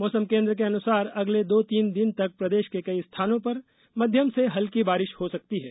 मौसम केंद्र के अनुसार अगले दो तीन दिन तक प्रदेष के कई स्थानों पर मध्यम से हल्की बारिश हो सकती है